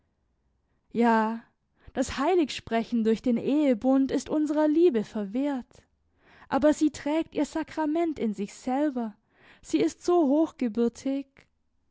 ja das heiligsprechen durch den ehebund ist unserer liebe verwehrt aber sie trägt ihr sakrament in sich selber sie ist so